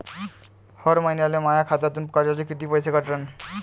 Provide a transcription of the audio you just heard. हर महिन्याले माह्या खात्यातून कर्जाचे कितीक पैसे कटन?